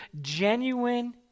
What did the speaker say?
genuine